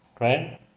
right